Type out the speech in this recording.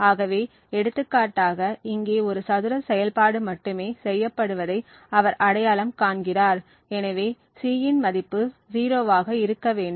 ஆகவே எடுத்துக்காட்டாக இங்கே ஒரு சதுர செயல்பாடு மட்டுமே செய்யப்படுவதை அவர் அடையாளம் காண்கிறார் எனவே C இன் மதிப்பு 0 ஆக இருக்க வேண்டும்